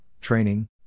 training